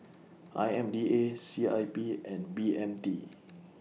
I M DA C I P and B M T